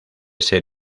ser